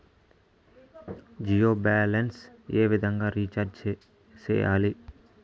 Jio balance ఏ విధంగా recharge సేయాలి?